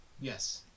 Yes